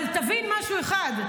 אבל תבין משהו אחד,